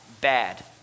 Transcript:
bad